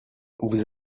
vous